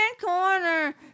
corner